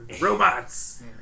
Robots